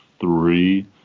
three